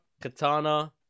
Katana